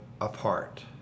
apart